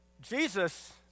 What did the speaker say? Jesus